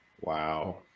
Wow